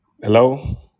Hello